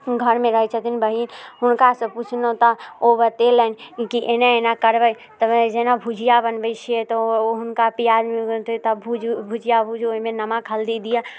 घरमे रहैत छथिन बहिन हुनकासँ पूछलहुँ तऽ ओ बतेलनि कि एना एना करबै तऽ जेना भुजिआ बनबैत छियै तऽ ओ हुनका पियाज होयतै तब भुजिआ भूजू ओहिमे नमक हल्दी दिअ